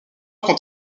quant